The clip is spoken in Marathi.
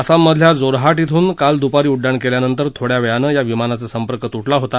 आसाममधल्या जोरहाट श्रून काल दुपारी उड्डाण केल्यानंतर थोड्या वेळानं या विमानाचा संपर्क तुटला होता